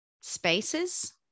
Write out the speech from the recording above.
spaces